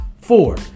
Four